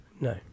No